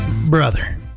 brother